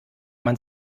man